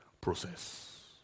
Process